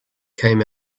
came